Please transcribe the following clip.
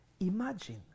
Imagine